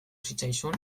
zitzaizun